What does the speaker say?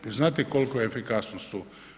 I znate koliko je efikasnost tu?